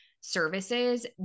services